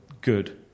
good